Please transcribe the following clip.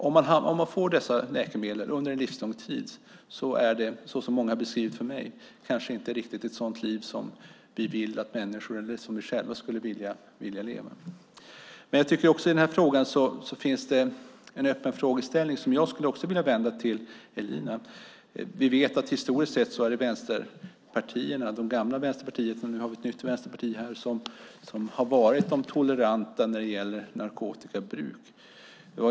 Om man får dessa läkemedel för resten av livet blir det, som jag har fått det beskrivet, kanske inte ett sådant liv som vi vill att andra människor, eller vi själva, ska leva. Det finns en öppen frågeställning som jag skulle vilja rikta till Elina. Historiskt är det vänsterpartierna - det gamla och det nya - som har varit de toleranta när det gäller narkotikabruk.